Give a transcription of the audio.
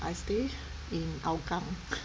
I stay in hougang